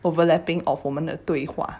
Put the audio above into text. overlapping of 我们的对话